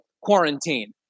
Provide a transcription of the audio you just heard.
quarantine